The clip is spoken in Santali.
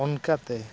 ᱚᱱᱠᱟᱛᱮ